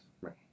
Right